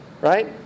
right